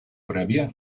prèvia